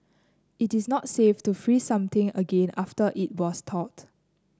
it is not safe to freeze something again after it was thawed